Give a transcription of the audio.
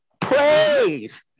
Praise